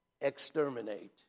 exterminate